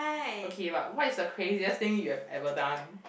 okay but what is the craziest thing you've ever done